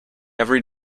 every